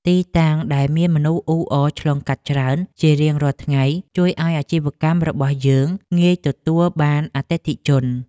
ទីតាំងដែលមានមនុស្សអ៊ូអរឆ្លងកាត់ច្រើនជារៀងរាល់ថ្ងៃជួយឱ្យអាជីវកម្មរបស់យើងងាយទទួលបានអតិថិជន។